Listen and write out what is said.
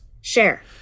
Share